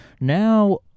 now